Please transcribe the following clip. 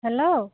hello